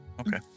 Okay